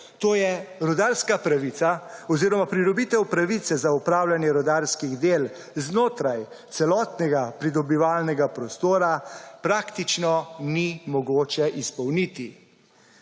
tj. rudarska pravica oziroma pridobitev pravice za opravljanje rudarskih del znotraj celotnega pridobivalnega prostora, praktično ni mogoče izpolniti.